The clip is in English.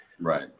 Right